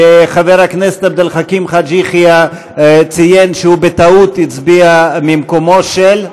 וחבר הכנסת עבד אל חכים חאג' יחיא ציין שהוא בטעות הצביע מהמקום של,